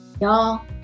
Y'all